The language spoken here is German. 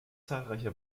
zahlreiche